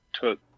took